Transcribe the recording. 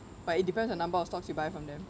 but it depends on number of stocks you buy from them